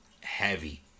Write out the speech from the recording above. heavy